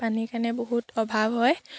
পানীৰ কাৰণে বহুত অভাৱ হয়